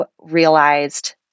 realized